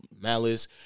malice